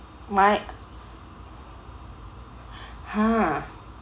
my !huh!